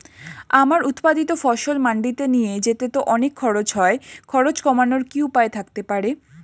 আমার উৎপাদিত ফসল মান্ডিতে নিয়ে যেতে তো অনেক খরচ হয় খরচ কমানোর কি উপায় থাকতে পারে?